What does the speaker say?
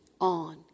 on